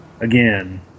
again